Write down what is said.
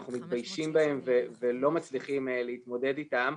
אנחנו מתביישים בהם ולא מצליחים להתמודד איתם.